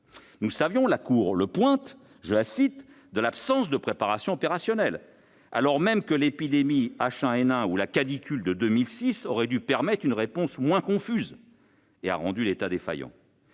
Nous savions, comme le souligne la Cour, que l'« absence de préparation opérationnelle », alors même que l'épidémie de H1N1 ou la canicule de 2006 auraient dû permettre une réponse moins confuse, a rendu l'État défaillant